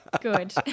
Good